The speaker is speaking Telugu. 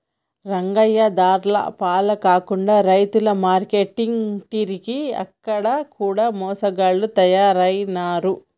రంగయ్య దళార్ల పాల కాకుండా రైతు మార్కేట్లంటిరి ఆడ కూడ మోసగాళ్ల తయారైనారు